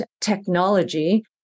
technology